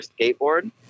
skateboard